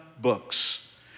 books